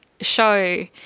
show